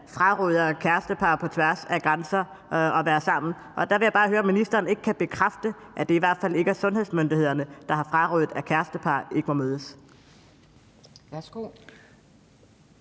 fraråder kærestepar på tværs af grænser at være sammen. Der vil jeg bare høre, om ministeren ikke kan bekræfte, at det i hvert fald ikke er sundhedsmyndighederne, der har frarådet, at kærestepar må mødes.